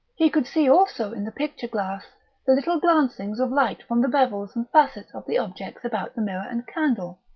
he could see also in the picture-glass the little glancings of light from the bevels and facets of the objects about the mirror and candle.